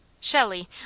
Shelley